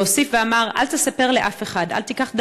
והוסיף ואמר: אל תספר לאף אחד, אל תיקח דבר,